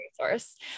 resource